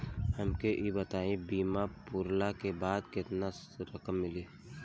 हमके ई बताईं बीमा पुरला के बाद केतना रकम मिली?